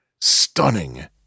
STUNNING